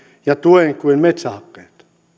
ja tuen kuin metsähakkeet